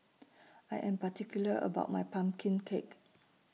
I Am particular about My Pumpkin Cake